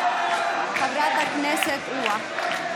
של חברת הכנסת, אוה.